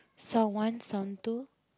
someone some to